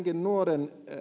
nuoren